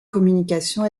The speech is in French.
communication